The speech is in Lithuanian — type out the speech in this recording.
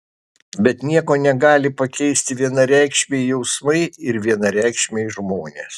bet nieko negali pakeisti vienareikšmiai jausmai ir vienareikšmiai žmonės